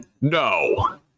No